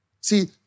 See